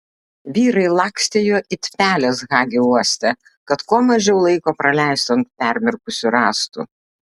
vyrai lakstė juo it pelės hagi uoste kad kuo mažiau laiko praleistų ant permirkusių rąstų